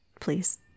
please